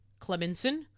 Clemenson